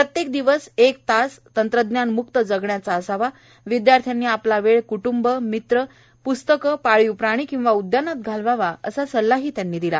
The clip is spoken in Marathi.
प्रत्येक दिवशी एक तास तंत्रज्ञान म्क्त जगण्याचा असावा विद्याश्र्यांनी आपला वेळ क्टूंब मित्र प्स्तकं पाळीव प्राणी किंवा उद्यानात घालवावा असा सल्लाही त्यांनी दिला